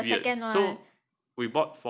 oh ya ya ya the second one